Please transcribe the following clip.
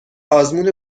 آزمون